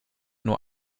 nur